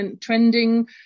trending